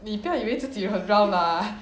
你不要以为自己很 round lah